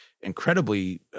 incredibly